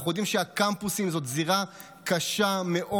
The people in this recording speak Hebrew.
אנחנו יודעים שהקמפוסים הם גזרה קשה מאוד.